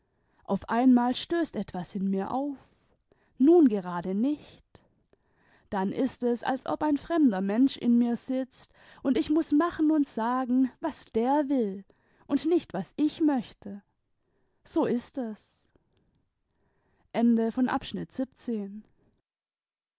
auf einmal stößt etwas in mir auf nun gerade nicht dann ist es als ob ein fremder mensch in mir sitzt und ich muß machen und sagen was der will und nicht was ich möchte so ist es